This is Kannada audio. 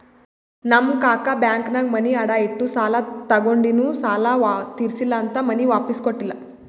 ನಮ್ ಕಾಕಾ ಬ್ಯಾಂಕ್ನಾಗ್ ಮನಿ ಅಡಾ ಇಟ್ಟು ಸಾಲ ತಗೊಂಡಿನು ಸಾಲಾ ತಿರ್ಸಿಲ್ಲಾ ಅಂತ್ ಮನಿ ವಾಪಿಸ್ ಕೊಟ್ಟಿಲ್ಲ